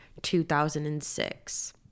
2006